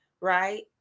Right